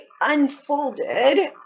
unfolded